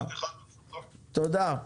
תודה.